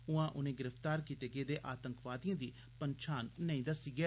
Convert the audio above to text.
उआं उनें गिरफ्तार कीते गेदे आतंकवादियें दी पंछान नेई दस्सी ऐ